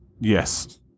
Yes